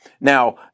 Now